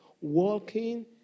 walking